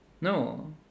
no